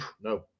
no